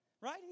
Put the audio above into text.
Right